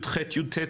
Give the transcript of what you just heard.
פרק י"ח-י"ט.